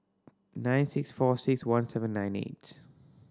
nine six four six one seven nine eight